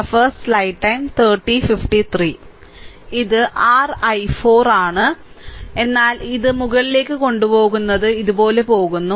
ഇത് r i4 ആണ് എന്നാൽ ഇത് മുകളിലേക്ക് കൊണ്ടുപോകുന്നത് ഇത് പോലെ പോകുന്നു